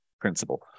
principle